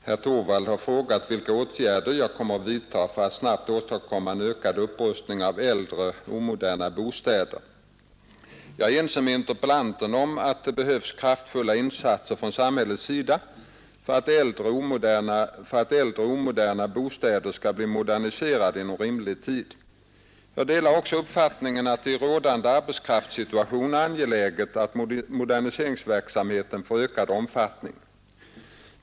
Herr talman! Herr Torwald har frågat mig vilka åtgärder jag kommer att vidta för att snabbt åstadkomma en ökad upprustning av äldre omoderna bostäder. Jag är ense med interpellanten om att det behövs kraftfulla insatser från samhällets sida för att äldre omoderna bostäder skall bli moderniserade inom rimlig tid. Jag delar också uppfattningen att det i rådande arbetskraftssituation är angeläget att moderniseringsverksamheten får ökad omfattning.